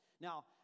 now